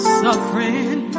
suffering